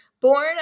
Born